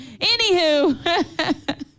Anywho